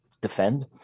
defend